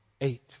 eight